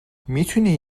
میتونی